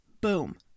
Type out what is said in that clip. Boom